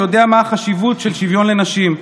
שיודע מה החשיבות של שוויון לנשים,